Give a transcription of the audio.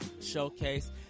Showcase